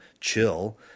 chill